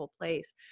place